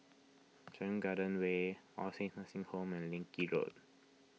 Serangoon Garden Way All Saints Nursing Home and Leng Kee Road